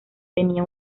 tenía